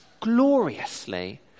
gloriously